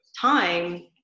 time